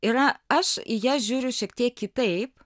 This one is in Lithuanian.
yra aš į ją žiūriu šiek tiek kitaip